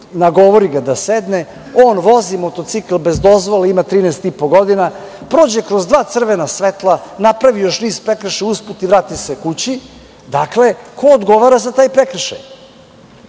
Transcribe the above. nagovori ga da sedne, on vozi motocikl bez dozvole, ima 13 i po godina, prođe kroz dva crvena svetla, napravi još niz prekršaja usput i vrati se kući, dakle, ko odgovara za taj prekršaj?